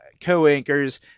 co-anchors